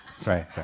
sorry